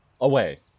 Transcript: away